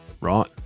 Right